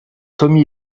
tommy